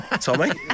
Tommy